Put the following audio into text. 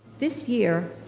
this year,